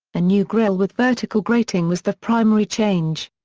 a new grille with vertical grating was the primary change.